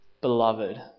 beloved